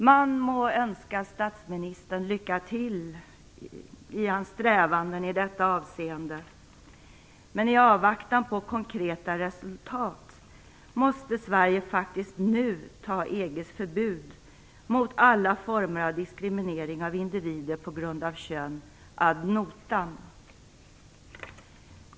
Man må önska statsministern lycka till i hans strävanden i detta avseende, men i avvaktan på konkreta resultat måste Sverige faktiskt nu ta EG:s förbud mot alla former av diskriminering av individer på grund av kön ad notam.